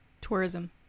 tourism